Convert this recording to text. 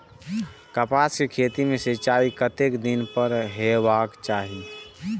कपास के खेती में सिंचाई कतेक दिन पर हेबाक चाही?